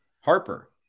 Harper